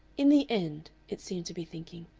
in the end, it seemed to be thinking,